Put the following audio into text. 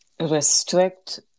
restrict